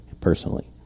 personally